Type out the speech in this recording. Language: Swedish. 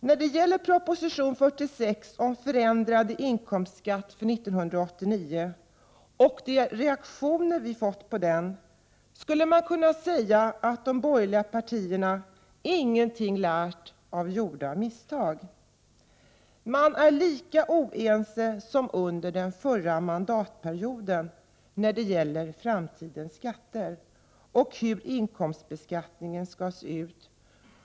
När det gäller proposition 46 om förändrad inkomstskatt för 1989, och d reaktioner vi fått på den, skulle man kunna säga att de borgerliga partiern ingenting lärt av gjorda misstag. Man är lika oense som under den förra mandatperioden när det gälle framtidens skatter — och hur inkomstbeskattningen skall se ut.